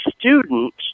student